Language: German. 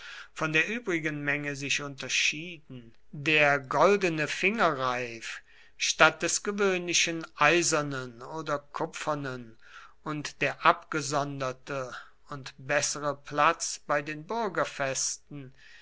von der übrigen menge sich unterschieden der goldene fingerreif statt des gewöhnlichen eisernen oder kupfernen und der abgesonderte und bessere platz bei den bürgerfesten